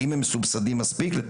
לטעמי, הם לא מסובסדים מספיק.